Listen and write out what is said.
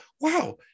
Wow